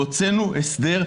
והוצאנו הסדר,